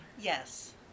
Yes